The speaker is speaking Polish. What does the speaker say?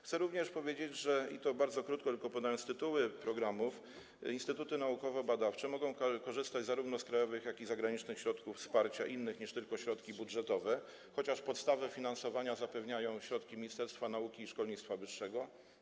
Chcę również powiedzieć - bardzo krótko, podając tylko tytuły programów - że instytuty naukowo-badawcze mogą korzystać zarówno z krajowych, jak również z zagranicznych środków wsparcia, innych niż tylko środki budżetowe, chociaż podstawy finansowania zapewniają środki Ministerstwa Nauki i Szkolnictwa Wyższego.